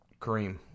Kareem